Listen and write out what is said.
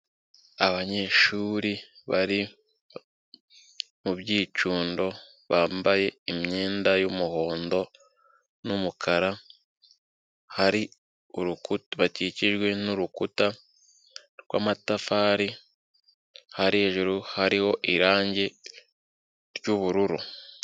Abanyeshuri bari mu byicundo, bambaye imyenda y'umuhondo n'umukara, hari urukuta, bakikijwe n'urukuta rw'amatafari, hari hejuru, hariho irangi ry'ubururu.